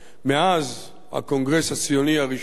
מאז הקונגרס הציוני הראשון,